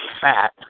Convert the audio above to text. fat